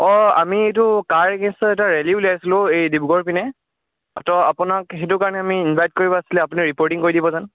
অঁ আমি এইটো কাৰ এগেইনষ্টত এটা ৰেলী উলিয়াইছিলোঁ এই ডিব্ৰুগড়পিনে তো আপোনাক সেইটো কাৰণে আমি ইনভাইট কৰিব আছিলে আপুনি ৰিপৰ্টিং কৰি দিব যেন